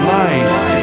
life